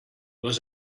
was